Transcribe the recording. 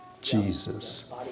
Jesus